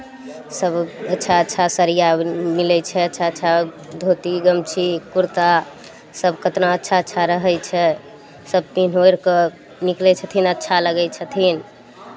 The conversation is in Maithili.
सब अच्छा अच्छा सड़िआ मिलै छै अच्छा अच्छा धोती गमछी कुरता सब कतना अच्छा अच्छा रहै छै सब पिन्ह ओढ़ि कऽ निकलै छथिन अच्छा लगै छथिन